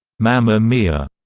mamma mia,